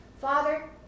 Father